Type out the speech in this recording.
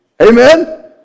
Amen